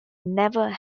never